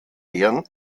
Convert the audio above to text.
ehren